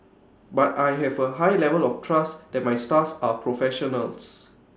but I have A high level of trust that my staff are professionals